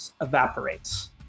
evaporates